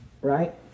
right